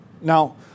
Now